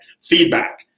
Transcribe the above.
Feedback